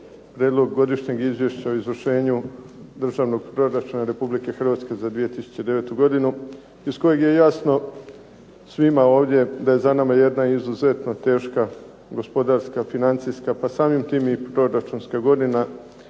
Prijedlog godišnjeg izvješća o izvršenju Državnog proračuna Republike Hrvatske za 2009. godinu iz kojeg je jasno svima ovdje da je za nama jedna izuzetno teška gospodarska, financijska pa samim tim i proračunska godina.